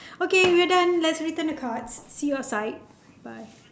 okay we're done let's return the cards see you outside